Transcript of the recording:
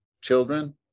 children